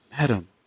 Madam